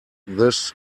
this